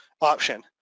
option